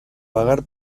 vagar